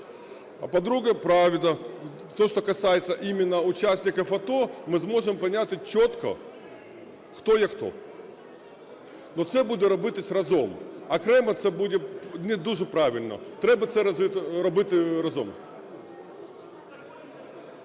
А, по-друге, правда, то, что касается именно участников АТО, ми зможемо поняти чітко, хто є хто. Ну, це буде робитись разом. Окремо це буде не дуже правильно, треба це робити разом.